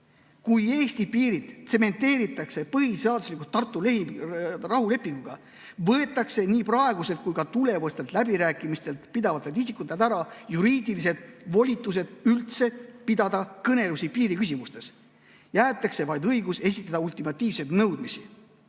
kui Eesti piirid tsementeeritakse põhiseaduslikult Tartu rahulepinguga, võetakse nii praegustelt kui ka tulevastelt läbirääkimisi pidavatelt isikutelt ära juriidilised volitused üldse pidada kõnelusi piiriküsimustes. Jäetakse vaid õigus esitada ultimatiivseid nõudmisi